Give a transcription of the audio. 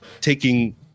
taking